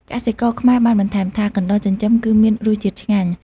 កសិករខ្មែរបានបន្ថែមថា កណ្តុរចិញ្ចឹមគឺមានរសជាតិឆ្ងាញ់។